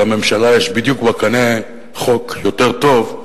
שלממשלה יש בדיוק בקנה חוק יותר טוב,